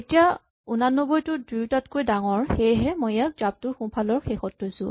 এতিয়া ৮৯ টো দুয়োটাতকৈ ডাঙৰ সেয়েহে মই ইয়াক জাপটোৰ সোঁফালৰ শেষত থৈছো